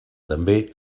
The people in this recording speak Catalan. també